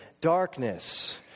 darkness